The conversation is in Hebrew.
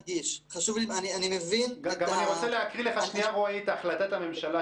אני מבין את ה- -- אני רוצה לקרוא לך את החלטת הממשלה,